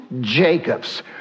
Jacob's